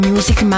Music